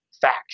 facts